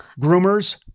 Groomers